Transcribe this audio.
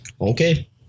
Okay